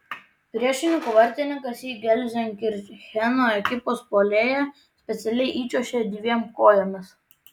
priešininkų vartininkas į gelzenkircheno ekipos puolėją specialiai įčiuožė dviem kojomis